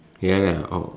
ya ya orh